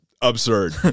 absurd